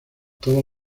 todas